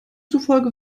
zufolge